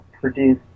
produce